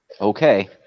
Okay